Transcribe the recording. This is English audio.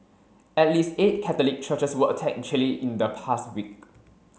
at least eight Catholic churches were attacked in Chile in the past week